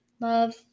Love